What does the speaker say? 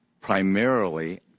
primarily